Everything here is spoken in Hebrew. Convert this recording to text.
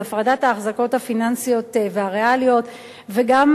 להפרדת האחזקות הפיננסיות והריאליות וגם